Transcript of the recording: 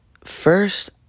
First